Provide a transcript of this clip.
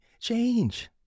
Change